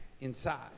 inside